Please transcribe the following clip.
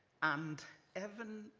and evan